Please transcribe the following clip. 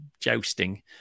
jousting